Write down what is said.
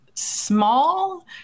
small